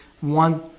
one